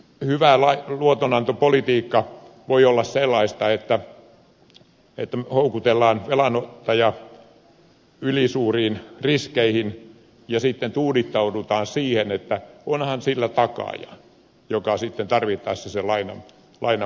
ei hyvä luotonantopolitiikka voi olla sellaista että houkutellaan velanottaja ylisuuriin riskeihin ja sitten tuudittaudutaan siihen että onhan sillä takaaja joka sitten tarvittaessa sen lainan maksaa